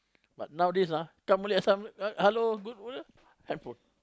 but nowadays ah come only assign hello good handphone